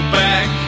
back